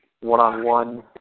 one-on-one